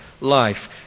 life